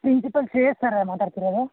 principal Shreyas ಸರ್ರಾ ಮಾತಾಡ್ತಿರೋದು